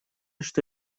что